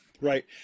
right